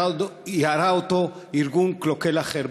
ירה אותו ארגון קלוקל אחר.